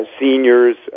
seniors